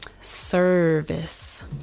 service